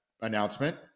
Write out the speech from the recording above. announcement